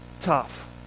tough